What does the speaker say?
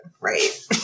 right